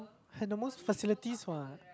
had the most facilities [what]